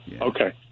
okay